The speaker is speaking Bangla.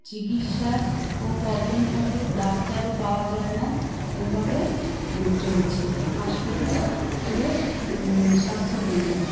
চিকিৎসার ও পবলেম থাকে ডাক্তারও পাওয়া যায় না এভাবে চলছে হসপিটালের স্বাস্থ্যকেন্দ্র